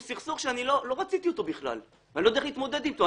סכסוך שהוא לא רצה אותו והוא לא יודע איך להתמודד אתו.